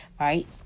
right